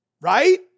right